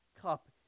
cup